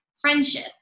friendship